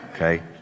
Okay